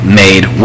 made